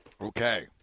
Okay